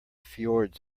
fjords